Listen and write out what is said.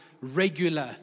regular